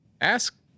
ask